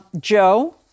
Joe